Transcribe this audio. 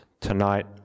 Tonight